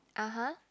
(uh huh)